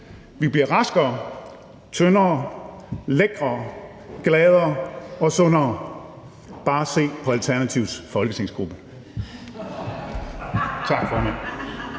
Vi bliver raskere, tyndere, lækrere, gladere og sundere, bare se på Alternativets folketingsgruppe.